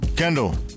Kendall